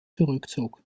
zurückzog